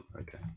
okay